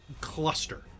cluster